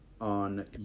On